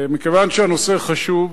מכיוון שהנושא חשוב,